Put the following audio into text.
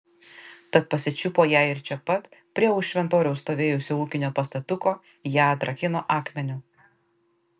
tad pasičiupo ją ir čia pat prie už šventoriaus stovėjusio ūkinio pastatuko ją atrakino akmeniu